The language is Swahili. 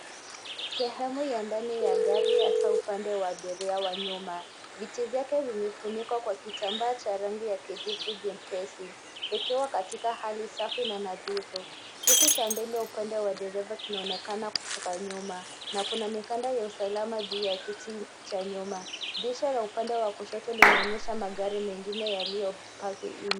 Sehemu ya ndani ya gari hasaa upande wa abiria wa nyuma. Viti vyake vimefunikwa na kitambaa cha rangi ya kijivu jepesi, vikiwa katika hali safi na nadhifu. Kiti cha mbele upande wa dereva kinaonekana kutoka nyuma, na kuna mikanda ya usalama juu ya kiti cha nyuma. Dirisha la upande wa kushoto linaonyesha magari mengine yaliyopaki nje.